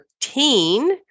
13